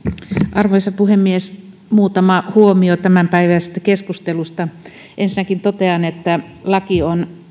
arvoisa puhemies muutama huomio tämänpäiväisestä keskustelusta ensinnäkin totean että laki on